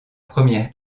première